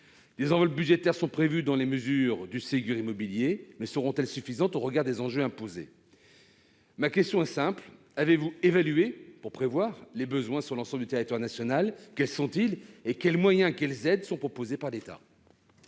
Des enveloppes budgétaires sont prévues dans les mesures du Ségur immobilier, mais seront-elles suffisantes au regard des enjeux imposés ? Ma question est simple : avez-vous évalué- pour prévoir -les besoins sur l'ensemble du territoire national ? Quels sont-ils ? Quels moyens et quelles aides seront proposés par l'État ?